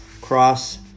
Cross